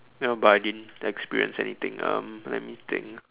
no but I didn't experience anything um let me think